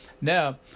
Now